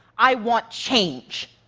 i want change.